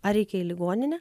ar reikia į ligoninę